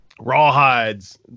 rawhides